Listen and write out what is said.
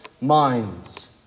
minds